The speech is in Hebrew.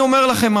אני אומר לכם,